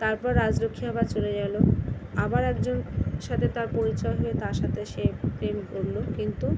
তারপর রাজলক্ষ্মী আবার চলে গেল আবার একজন সাথে তার পরিচয় হয়ে তার সাথে সে প্রেম করলো কিন্তু